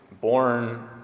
born